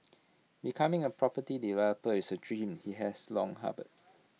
becoming A property developer is A dream he has long harboured